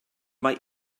mae